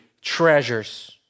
treasures